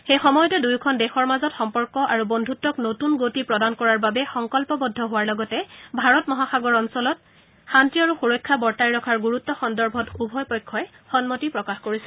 সেই সময়তে দুয়োখন দেশৰ মাজত সম্পৰ্ক আৰু বন্ধুত্ক নতূন গতি প্ৰদান কৰাৰ বাবে সংকল্পবদ্ধ হোৱাৰ লগতে ভাৰত মহাসাগৰ অঞ্চলত শান্তি আৰু সুৰক্ষা বৰ্তাই ৰখাৰ গুৰুত্ব সন্দৰ্ভত উভয় পক্ষই সন্মতি প্ৰকাশ কৰিছিল